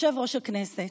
יושב-ראש הכנסת,